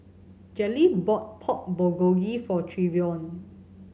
Jaleel bought Pork Bulgogi for Trevion